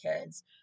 kids